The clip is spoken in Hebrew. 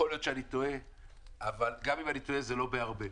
יכול להיות שאני טועה אבל גם אם אני טועה זה לא בהרבה.